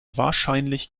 wahrscheinlich